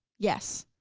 yes,